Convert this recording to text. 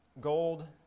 gold